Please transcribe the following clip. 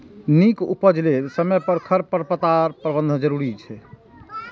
नीक उपज लेल समय पर खरपतवार प्रबंधन जरूरी छै